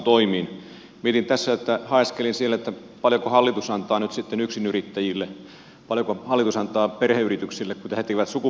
mietin tässä haeskelin sieltä paljonko hallitus antaa nyt sitten yksinyrittäjille paljonko hallitus antaa perheyrityksille kun he tekevät sukupolvenvaihdoksia